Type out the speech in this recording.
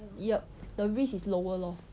yup the risk is lower lor